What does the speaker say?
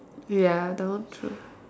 ya the one true